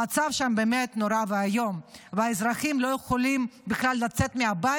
המצב שם באמת נורא ואיום והאזרחים לא יכולים בכלל לצאת מהבית,